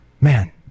Man